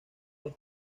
los